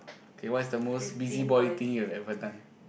K what is the most busybody thing you've ever done